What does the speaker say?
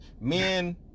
Men